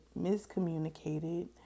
miscommunicated